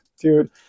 dude